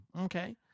Okay